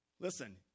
Listen